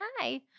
hi